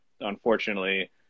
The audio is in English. unfortunately